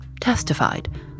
testified